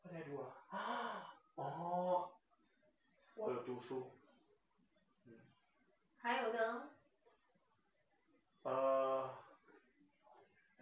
what did I do ah orh 我有读书 uh